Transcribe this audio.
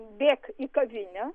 bėk į kavinę